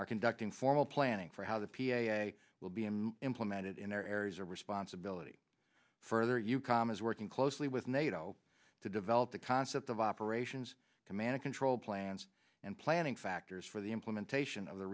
are conducting formal planning for how the p a will be and implemented in areas of responsibility further eucom is working closely with nato to develop the concept of operations command control plans and planning factors for the implementation of the